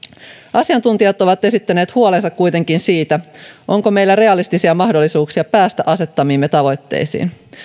asiantuntijat ovat esittäneet huolensa kuitenkin siitä onko meillä realistisia mahdollisuuksia päästä asettamiimme tavoitteisiin